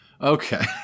Okay